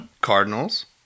Cardinals